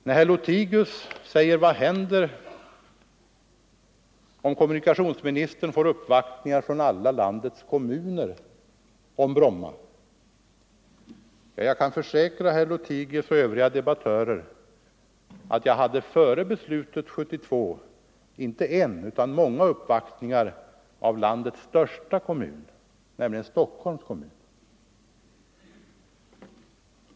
På herr Lothigius frågar vad som händer om kommunikationsministern får uppvaktningar om Bromma från alla landets kommuner, vill jag försäkra honom och övriga debattörer att jag före beslutet 1972 hade inte bara en utan många uppvaktningar av landets största kommun, nämligen Stockholms kommun.